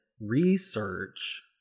research